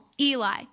Eli